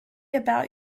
about